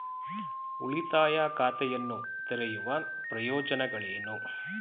ಉಳಿತಾಯ ಖಾತೆಯನ್ನು ತೆರೆಯುವ ಪ್ರಯೋಜನಗಳೇನು?